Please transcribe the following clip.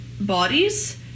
bodies